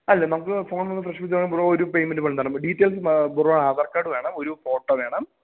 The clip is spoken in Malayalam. അല്ല നമുക്ക് ഫോൺ ബ്രോ ഒരു പെയ്മെൻ്റ് പോലും തരേണ്ട ഡീറ്റെയിൽസ് ബ്രോ ആധാർ കാർഡ് വേണം ഒരു ഫോട്ടോ വേണം